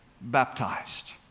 baptized